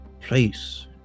place